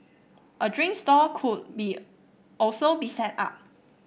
a drink stall could be also be set up